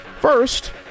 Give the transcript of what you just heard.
first